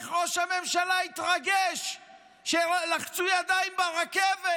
איך ראש הממשלה התרגש שהצועדים לחצו ידיים ברכבת.